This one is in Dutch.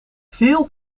veel